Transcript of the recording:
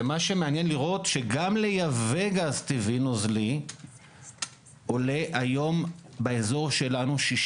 גם לייבא גז טבעי נוזלי עולה היום באזור שלנו 60